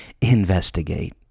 investigate